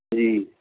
ਜੀ